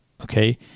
okay